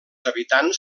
habitants